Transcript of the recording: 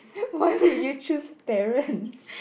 why would you choose Darren